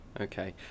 Okay